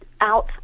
out